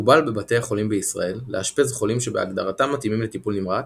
מקובל בבתי החולים בישראל לאשפז חולים שבהגדרתם מתאימים לטיפול נמרץ,